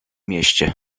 mieście